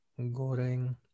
goreng